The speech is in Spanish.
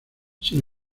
sin